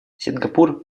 сингапур